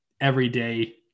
everyday